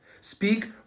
Speak